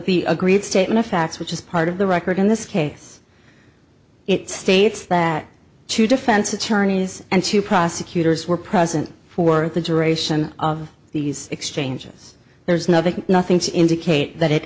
be agreed statement of facts which is part of the record in this case it states that two defense attorneys and two prosecutors were present for the duration of these exchanges there's nothing nothing to indicate that